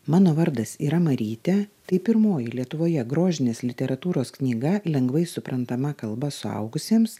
mano vardas yra marytė tai pirmoji lietuvoje grožinės literatūros knyga lengvai suprantama kalba suaugusiems